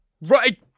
right